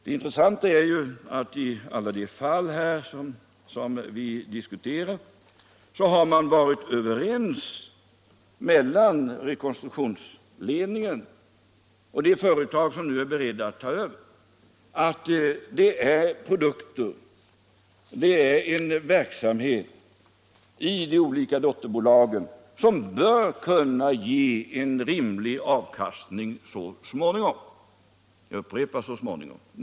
Det intressanta är emellertid att man i rekonstruktionsledningen och det företag som är berett att ta över har varit överens om att verksamheten i de dotterbolag vi nu diskuterar bör kunna ge avkastning så småningom — jag upprepar så småningom.